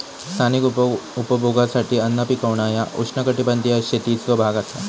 स्थानिक उपभोगासाठी अन्न पिकवणा ह्या उष्णकटिबंधीय शेतीचो भाग असा